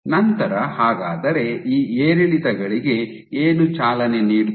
ನಂತರ ಹಾಗಾದರೆ ಈ ಏರಿಳಿತಗಳಿಗೆ ಏನು ಚಾಲನೆ ನೀಡುತ್ತಿದೆ